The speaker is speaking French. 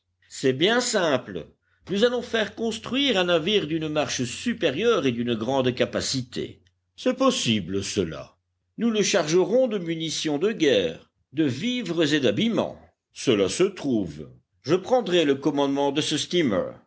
c'est bien simple nous allons faire construire un navire d'une marche supérieure et d'une grande capacité est possible cela nous le chargerons de munitions de guerre de vivres et d'habillements cela se trouve je prendrai le commandement de ce steamer